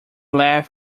laugh